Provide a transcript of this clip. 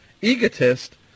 egotist